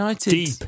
deep